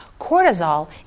Cortisol